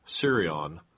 Sirion